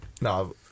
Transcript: No